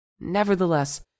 Nevertheless